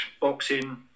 boxing